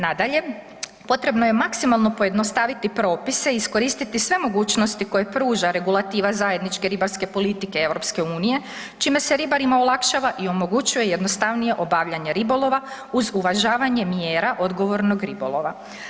Nadalje, potrebno je maksimalno pojednostaviti propise i iskoristiti sve mogućnosti koje pruža regulativa zajedničke ribarske politike EU, čime se ribarima olakšava i omogućuje jednostavnije obavljanje ribolova uz uvažavanje mjera odgovornog ribolova.